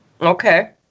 Okay